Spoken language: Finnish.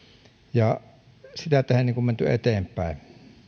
ja siten menty eteenpäin